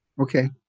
Okay